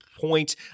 point